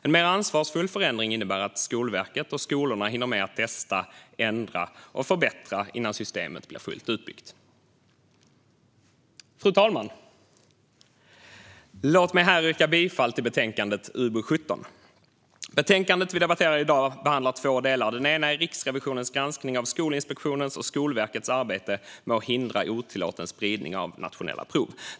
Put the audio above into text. En mer ansvarsfull förändring innebär att Skolverket och skolorna hinner med att testa, ändra och förbättra innan systemet är fullt utbyggt. Fru talman! Låt mig här yrka bifall till utskottets förslag i betänkandet UbU17. Betänkandet vi debatterar i dag behandlar två delar. Den ena är Riksrevisionens granskning av Skolinspektionens och Skolverkets arbete med att hindra otillåten spridning av nationella prov.